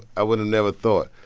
i would've never thought.